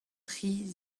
tri